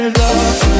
love